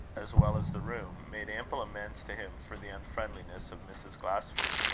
as well as the room, made ample amends to him for the unfriendliness of mrs. glasford.